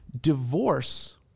Divorce